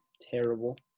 terrible